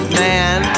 man